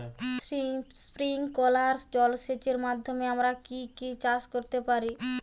Sprinkler জলসেচের মাধ্যমে আমরা কি কি চাষ করতে পারি?